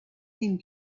him